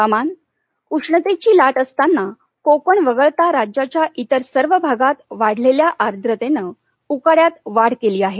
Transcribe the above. हवामान उष्णतेची लाट असताना कोकण वगळता राज्याच्या इतर सर्व भागात वाढलेल्या आर्द्रतनं उकाड्यात वाढ केली आहे